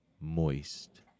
Moist